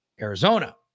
Arizona